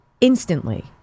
instantly